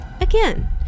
again